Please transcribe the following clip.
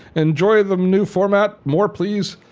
enjoy the new format, more please.